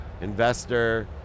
investor